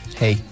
hey